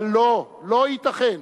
אבל לא, לא ייתכן